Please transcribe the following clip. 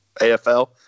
afl